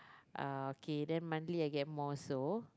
okay then monthly I get more so